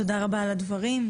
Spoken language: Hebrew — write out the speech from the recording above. תודה רבה על הדברים.